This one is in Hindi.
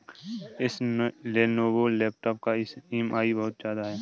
इस लेनोवो लैपटॉप का ई.एम.आई बहुत ज्यादा है